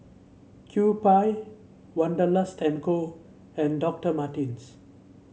Kewpie Wanderlust and Co and Doctor Martens